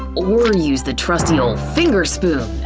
or use the trusty ol finger spoon!